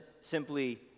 simply